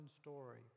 story